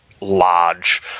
large